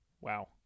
Wow